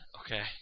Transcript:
Okay